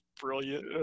brilliant